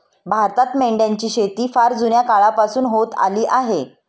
भारतात मेंढ्यांची शेती फार जुन्या काळापासून होत आली आहे